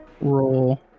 roll